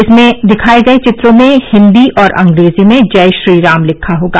इसमें दिखाए गए चित्रों में हिन्दी और अंग्रेजी में जय श्रीराम लिखा होगा